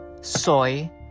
soy